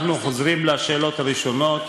אנחנו חוזרים לשאלות הראשונות.